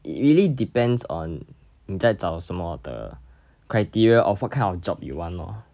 it really depends on 你在找什么的 criteria of what kind of job you want lor